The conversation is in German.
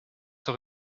doch